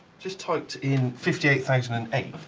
just typed in fifty eight thousand and eight.